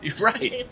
Right